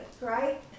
right